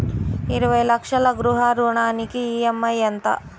ఇరవై లక్షల గృహ రుణానికి ఈ.ఎం.ఐ ఎంత?